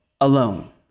alone